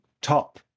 top